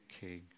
King